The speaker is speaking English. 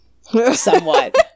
somewhat